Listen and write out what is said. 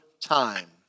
time